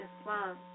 Islam